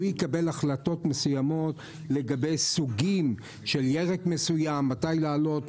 יקבל החלטות מסוימות לגבי סוגים של ירק מסוים: מתי להעלות?